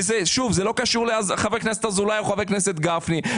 וזה לא קשור לחבר הכנסת אזולאי או חבר הכנסת גפני,